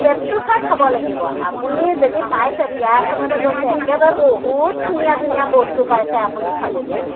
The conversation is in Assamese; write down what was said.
পেটটো চাই খাব লাগিব আপুনি যদি পাইছে বিয়া এখনলৈ গৈছে একেবাৰে বহুত ধুনীয়া ধুনীয়া বস্তু পাইছে আপুনি খাবলৈ